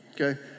Okay